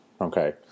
okay